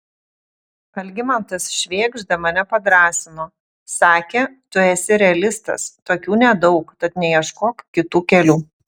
algimantas švėgžda mane padrąsino sakė tu esi realistas tokių nedaug tad neieškok kitų kelių